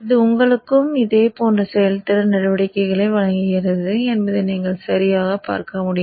இது உங்களுக்கும் இதேபோன்ற செயல்திறன் நடவடிக்கைகளை வழங்குகிறது என்பதை நீங்கள் சரியாகப் பார்க்க முடியும்